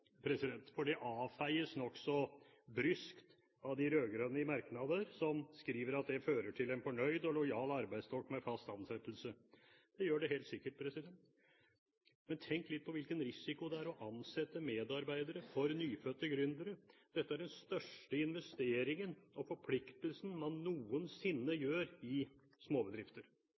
det, for det avfeies nokså bryskt av de rød-grønne i merknader, som skriver at det fører til en fornøyd og lojal arbeidsstokk med fast ansettelse. Det gjør det helt sikkert. Men tenk litt på hvilken risiko det er å ansette medarbeidere for nyfødte gründere. Dette er den største investeringen og forpliktelsen man noensinne gjør i småbedrifter.